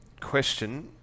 Question